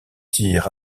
tir